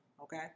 okay